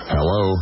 Hello